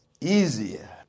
easier